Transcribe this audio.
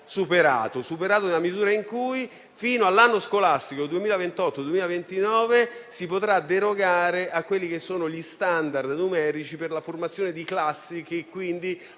superati nella misura in cui, fino all'anno scolastico 2028-2029, si potrà derogare a quelli che sono gli *standard* numerici per la formazione di classi, che quindi